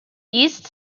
east